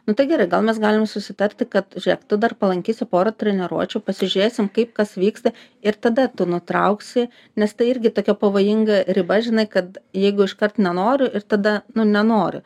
nu tai gerai gal mes galim susitarti kad žiūrėk tu dar palankysi pora treniruočių pasižiūrėsim kaip kas vyksta ir tada tu nutrauksi nes tai irgi tokia pavojinga riba žinai kad jeigu iškart nenoriu ir tada nu nenori